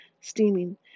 steaming